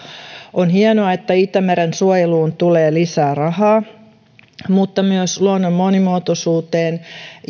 on hienoa että itämeren suojeluun tulee lisää rahaa mutta myös luonnon monimuotoisuuteen